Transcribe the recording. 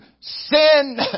sin